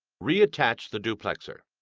reattach the duplexer.